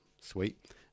sweet